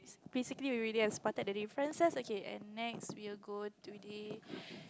basically we already have spotted the differences okay and next we will go to the